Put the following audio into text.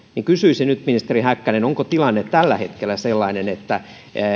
kysyisin nyt ministeri häkkänen onko tilanne tällä hetkellä sellainen että